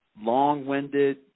long-winded